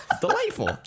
delightful